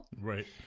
Right